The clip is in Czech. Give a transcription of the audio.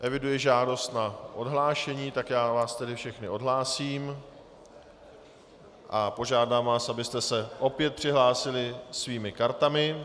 Eviduji žádost na odhlášení, tak já vás tedy všechny odhlásím a požádám vás, abyste se opět přihlásili svými kartami.